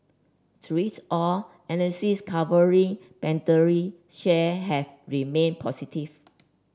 through it all analysts covering Pandora share have remained positive